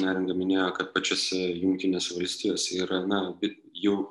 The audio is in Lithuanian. neringa minėjo kad pačiose jungtinėse valstijose yra na bet jau